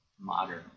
Modern